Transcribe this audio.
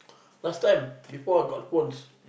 last time before I got phones